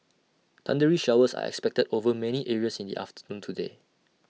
thundery showers are expected over many areas in the afternoon today